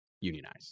unionize